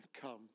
come